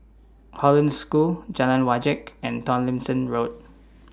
Hollandse School Jalan Wajek and Tomlinson Road